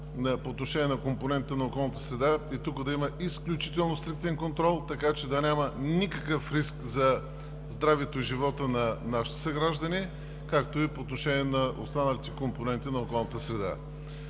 по отношение на компонентите на околната среда, и тук да има изключително стриктен контрол, така че да няма никакъв риск за здравето и живота на нашите съграждани, както и по отношение на останалите компоненти на околната среда.